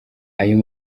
ayo